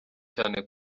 cyane